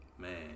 Man